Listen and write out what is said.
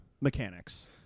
mechanics